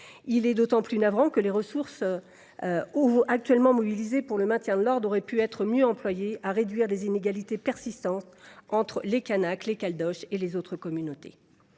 s’avère d’autant plus navrante que les ressources actuellement mobilisées pour le maintien de l’ordre auraient pu être mieux employées à réduire les inégalités persistantes entre les Kanaks, les Caldoches et les autres communautés.